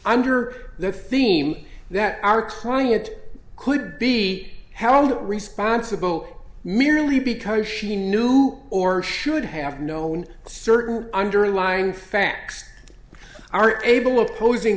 under the theme that are crying it could be held responsible merely because she knew or should have known certain underlying facts are able of closing